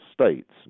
states